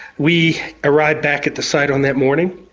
we arrived back at the site on that morning.